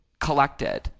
collected